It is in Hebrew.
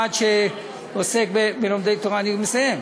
המשרד שעוסק בלומדי תורה, אני מסיים.